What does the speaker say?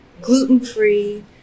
gluten-free